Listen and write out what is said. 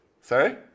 sorry